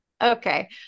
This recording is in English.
Okay